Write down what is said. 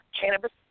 cannabis